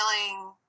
feeling